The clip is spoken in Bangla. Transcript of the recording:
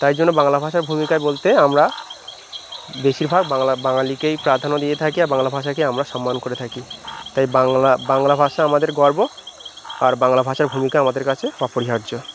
তাই জন্য বাংলা ভাষার ভূমিকা বলতে আমরা বেশিরভাগ বাংলা বাঙালিকেই প্রাধান্য দিয়ে থাকি আর বাংলা ভাষাকে আমরা সম্মান করে থাকি তাই বাংলা বাংলা ভাষা আমাদের গর্ব আর বাংলা ভাষার ভূমিকা আমাদের কাছে অপরিহার্য